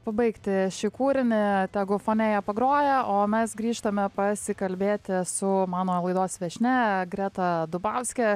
pabaigti šį kūrinį tegu fone jie pagroja o mes grįžtame pasikalbėti su mano laidos viešnia greta dubauske